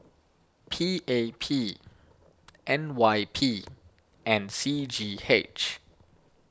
P A P N Y P and C G H